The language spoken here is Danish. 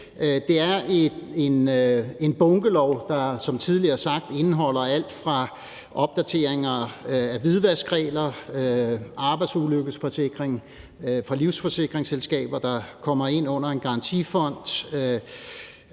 det er et bunkelovforslag, der som tidligere sagt indeholder alt fra opdateringer af hvidvaskregler, arbejdsulykkeforsikring fra livsforsikringsselskaber, der kommer ind under en garantifond,